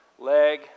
leg